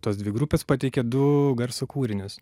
tos dvi grupės pateikė du garso kūrinius